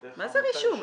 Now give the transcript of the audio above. מה זה רישום?